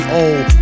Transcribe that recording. old